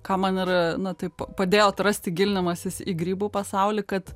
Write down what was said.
ką man ir na taip padėjo atrasti gilinimasis į grybų pasaulį kad